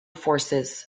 forces